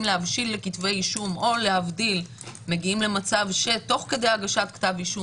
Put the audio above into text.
להבשיל לכתבי אישום או להבדיל מגיעים למצב שתוך כדי הגשת כתב אישום,